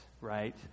right